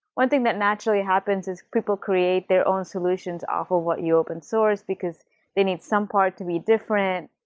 one thing that naturally happens is people create their own solutions off of what you open source, because they need some part to be different.